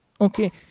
Okay